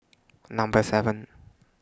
Number seven